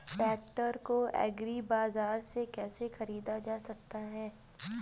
Tractor को agri बाजार से कैसे ख़रीदा जा सकता हैं?